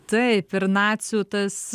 taip ir nacių tas